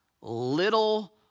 Little